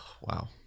Wow